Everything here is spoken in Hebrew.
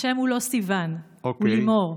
השם הוא לא סיון, הוא לימור.